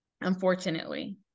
unfortunately